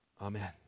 Amen